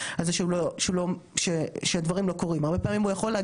הרבה פעמים הוא יכול להגיע לסוף השהות שלו